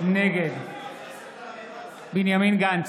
נגד בנימין גנץ,